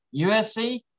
USC